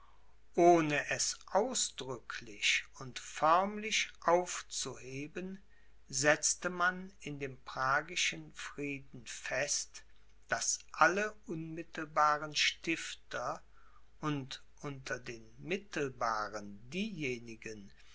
ohne es ausdrücklich und förmlich aufzuheben setzte man in dem pragischen frieden fest daß alle unmittelbaren stifter und unter den mittelbaren diejenigen